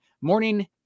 morning